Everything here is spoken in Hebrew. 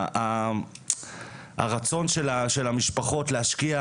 הרצון של המשפחות להשקיע,